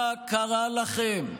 מה קרה לכם?